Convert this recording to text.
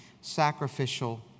sacrificial